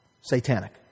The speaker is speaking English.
satanic